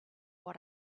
what